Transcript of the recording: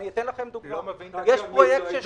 איך נבנו ה-100 מיליארד שקל האלה?